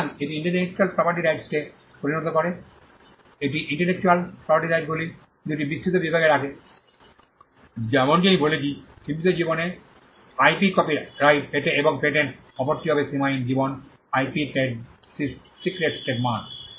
সুতরাং এটি intellectual property রাইটসকে পরিণত করে এটি ইন্টেলেকচুয়াল প্রপার্টি রাইটসগুলিকে 2 টি বিস্তৃত বিভাগে রাখে I যেমনটি আমি বলেছি সীমিত জীবন আইপি কপিরাইট এবং পেটেন্টস অপরটি হবে সীমাহীন জীবন আইপি ট্রেড সিক্রেটস ট্রেডমার্ক